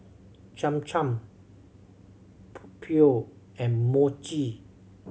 Cham Cham Pho and Mochi